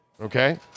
okay